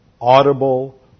audible